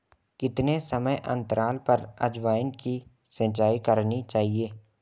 कितने समयांतराल पर अजवायन की सिंचाई करनी चाहिए?